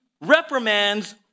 reprimands